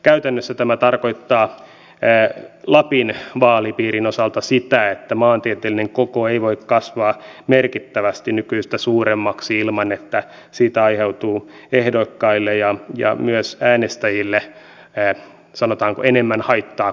käytännössä tämä tarkoittaa lapin vaalipiirin osalta sitä että maantieteellinen koko ei voi kasvaa merkittävästi nykyistä suuremmaksi ilman että siitä aiheutuu ehdokkaille ja myös äänestäjille sanotaanko enemmän haittaa kuin hyötyä